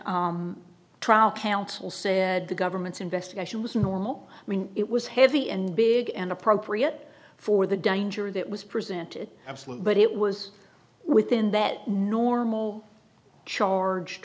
good trial counsel said the government's investigation was normal when it was heavy and big and appropriate for the danger that was presented absolutely but it was within that normal charged